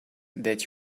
that